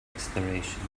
exploration